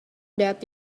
that